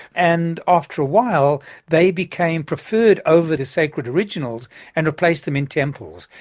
and after a while they became preferred over the sacred originals and replaced them in temples.